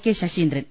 K Shashi ന്ദ്രൻ